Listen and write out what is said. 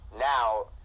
now